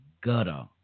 gutter